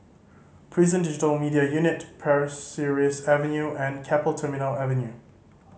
Prison Digital Media Unit Pasir Ris Avenue and Keppel Terminal Avenue